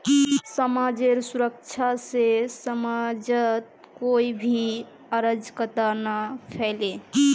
समाजेर सुरक्षा से समाजत कोई भी अराजकता ना फैले